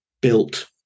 built